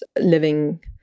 living